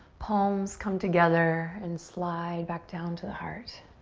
palms come together and slide back down to the heart.